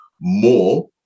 more